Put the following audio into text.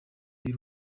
y’u